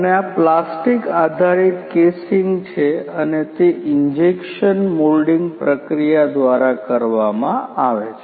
અને આ પ્લાસ્ટિક આધારિત કેસિંગ છે અને તે ઈન્જેક્શન મોલ્ડિંગ પ્રક્રિયા દ્વારા કરવામાં આવે છે